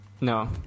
No